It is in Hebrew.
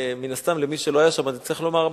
מן הסתם למי שלא היה שם אני צריך לומר,